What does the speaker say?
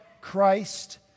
Christ